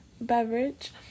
beverage